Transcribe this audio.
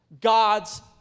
God's